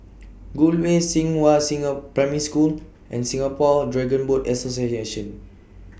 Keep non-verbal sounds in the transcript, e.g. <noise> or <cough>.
<noise> Gul Way Xinghua <unintelligible> Primary School and Singapore Dragon Boat Association